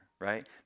right